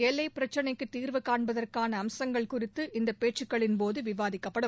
எல்லைப் பிரச்சினைக்கு தீர்வு காண்பதற்கான அம்சங்கள் குறித்து இந்த பேச்சுக்களின்போது விவாதிக்கப்படும்